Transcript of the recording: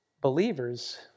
believers